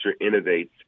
innovates